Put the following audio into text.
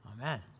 Amen